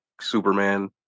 Superman